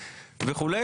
וכו'